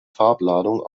farbladung